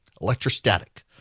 Electrostatic